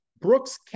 Brooks